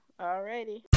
Alrighty